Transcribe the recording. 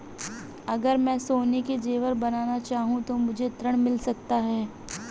अगर मैं सोने के ज़ेवर बनाना चाहूं तो मुझे ऋण मिल सकता है?